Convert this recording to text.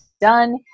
done